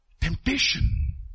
Temptation